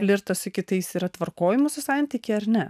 flirtas su kitais yra tvarkoje mūsų santykyje ar ne